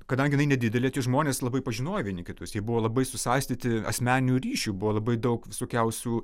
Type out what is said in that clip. kadangi jinai nedidelė tie žmonės labai pažinojo vieni kitus jie buvo labai susaistyti asmeninių ryšių buvo labai daug visokiausių